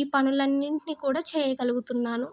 ఈ పనులు అన్నింటిని కూడా చేయగలుగుతున్నాను